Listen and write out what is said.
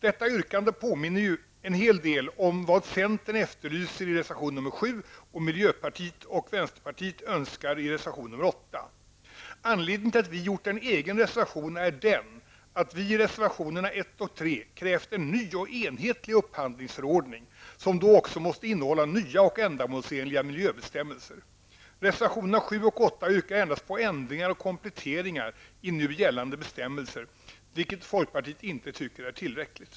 Detta yrkande påminner ju en hel del om vad centern efterlyser i reservation 7 och miljöpartiet och vänsterpartiet önskar i reservation 8. Anledningen till att vi avgett en egen reservation är att vi i reservationerna 1 och 3 krävt en ny och enhetlig upphandlingsförordning, som då också måste innehålla nya och ändamålsenliga miljöbestämmelser. I reservationerna 7 och 8 yrkas endast på ändringar och kompletteringar i nu gällande bestämmelser, vilket folkpartiet inte tycker är tillräckligt.